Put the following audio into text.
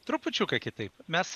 trupučiuką kitaip mes